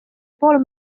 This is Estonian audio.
pool